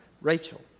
Rachel